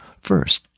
First